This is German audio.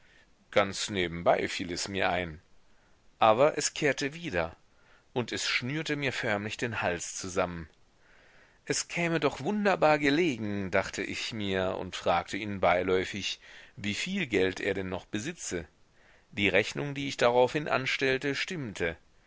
ganz nebenbei fiel es mir ein aber es kehrte wieder und es schnürte mir förmlich den hals zusammen es käme doch wunderbar gelegen dachte ich mir und fragte ihn beiläufig wieviel geld er denn noch besitze die rechnung die ich daraufhin anstellte stimmte